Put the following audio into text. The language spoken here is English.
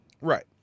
Right